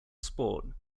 sport